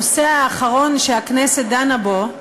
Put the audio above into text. הנושא האחרון שהכנסת דנה בו,